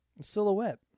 silhouette